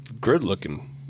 good-looking